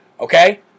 okay